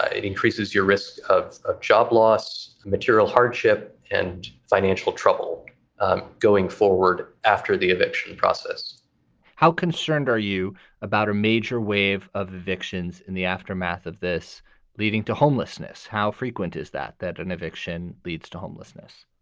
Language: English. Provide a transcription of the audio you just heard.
ah it increases your risk of ah job loss, material hardship and financial trouble going forward after the eviction process how concerned are you about a major wave of evictions in the aftermath of this leading to homelessness? how frequent is that that an eviction leads to homelessness?